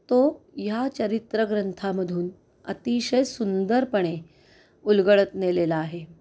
तो ह्या चरित्रग्रंथामधून अतिशय सुंदरपणे उलगडत नेलेला आहे